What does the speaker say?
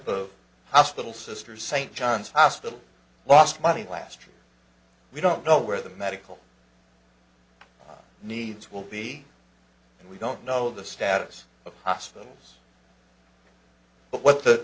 the hospital sisters st john's hospital lost money last year we don't know where the medical needs will be and we don't know the status of hospitals but what the